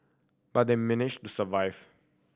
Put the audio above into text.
but they managed to survive